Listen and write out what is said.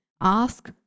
ask